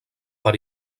per